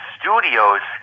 studios